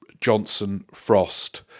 Johnson-Frost